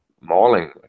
mauling